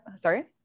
sorry